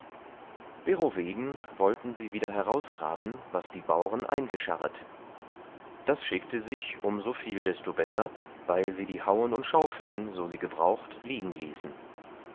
derowegen wollten sie wieder herausgraben was die bauren eingescharret das schickte sich um so viel desto besser weil sie die hauen und schaufeln so sie gebraucht liegen ließen